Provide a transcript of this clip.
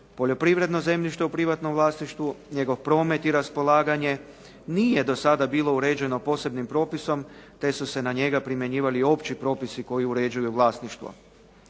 Poljoprivredno zemljište u privatnom vlasništvu, njegov promet i raspolaganje nije do sada bilo uređeno posebnim propisom, te su se na njega primjenjivali opći propisi koji uređuju vlasništvo.